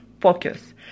focus